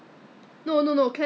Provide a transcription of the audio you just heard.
!huh! 有上 course 的